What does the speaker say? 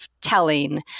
telling